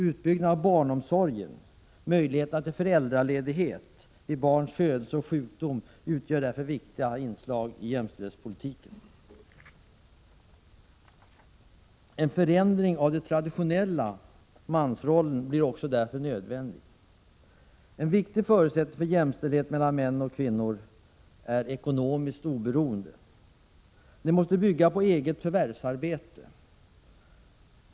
Utbyggnad av barnomsorgen, möjligheter till föräldraledighet vid barns födelse och sjukdom utgör därför viktiga inslag i jämställdhetspolitiken. En förändring av den traditionella mansrollen blir därför också nödvändig. En viktig förutsättning för jämställdhet mellan kvinnor och män är ekonomiskt oberoende. Det måste bygga på eget förvärvsarbete.